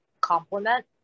complement